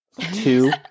Two